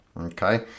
okay